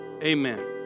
amen